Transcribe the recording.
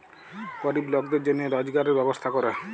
গরিব লকদের জনহে রজগারের ব্যবস্থা ক্যরে